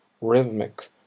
rhythmic